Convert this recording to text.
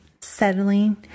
settling